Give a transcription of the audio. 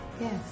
Yes